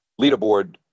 leaderboard